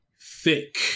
thick